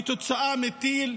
כתוצאה מטיל.